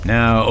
Now